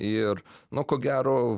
ir nu ko gero